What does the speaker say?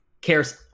cares